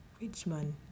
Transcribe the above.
Richmond